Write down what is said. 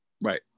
Right